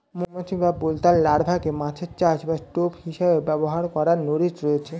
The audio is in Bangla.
মৌমাছি বা বোলতার লার্ভাকে মাছের চার বা টোপ হিসেবে ব্যবহার করার নজির রয়েছে